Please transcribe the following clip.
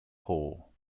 poll